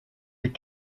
les